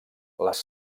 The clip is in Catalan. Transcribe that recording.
les